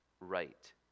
right